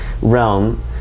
realm